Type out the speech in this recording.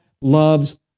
loves